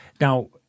Now